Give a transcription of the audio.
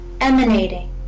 emanating